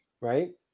Right